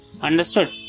Understood